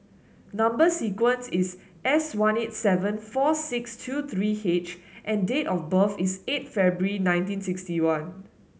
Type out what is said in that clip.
number sequence is S one eight seven four six two three H and date of birth is eight February nineteen sixty one